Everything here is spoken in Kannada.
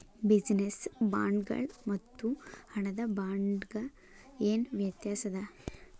ಬಿಜಿನೆಸ್ ಬಾಂಡ್ಗಳ್ ಮತ್ತು ಹಣದ ಬಾಂಡ್ಗ ಏನ್ ವ್ಯತಾಸದ?